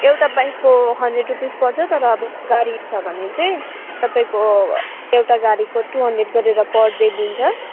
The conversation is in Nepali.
एउटा बाइकको हन्ड्रेड रुपिस पर्छ तर अब गाडी छ भने चाहिँ तपाईँको एउटा गाडीको टु हन्ड्रेड गरेर पर डे लिन्छ